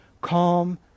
Calm